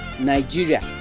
Nigeria